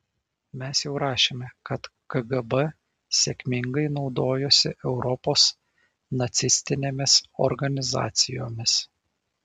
mes jau rašėme kad kgb sėkmingai naudojosi europos nacistinėmis organizacijomis